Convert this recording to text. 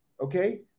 Okay